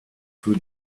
für